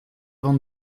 avant